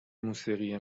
موسیقی